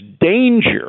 danger